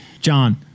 John